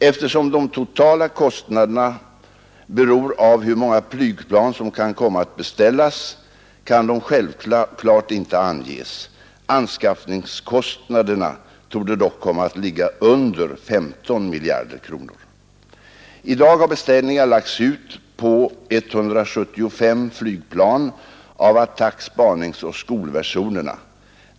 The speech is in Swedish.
Eftersom de totala kostnaderna beror av hur många flygplan som kan komma att beställas kan de självklart inte anges. Anskaffningskostnaderna torde dock komma att ligga under 15 miljarder kronor. I dag har beställningar lagts ut på 175 flygplan av attack-, spaningsoch skolversionerna.